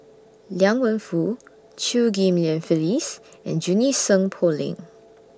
Liang Wenfu Chew Ghim Lian Phyllis and Junie Sng Poh Leng